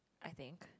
I think